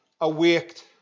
awaked